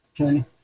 Okay